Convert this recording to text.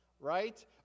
Right